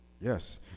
yes